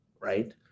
right